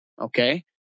Okay